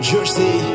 Jersey